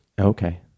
Okay